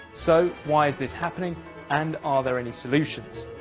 so why is this happening and are there any solutions?